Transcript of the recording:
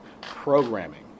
programming